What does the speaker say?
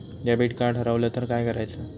Debit card हरवल तर काय करायच?